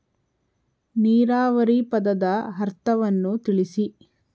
ನೀರಾವರಿ ಪದದ ಅರ್ಥವನ್ನು ತಿಳಿಸಿ?